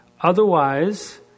Otherwise